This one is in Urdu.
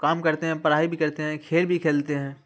کام کرتے ہیں پرھائی بھی کرتے ہیں کھیل بھی کھیلتے ہیں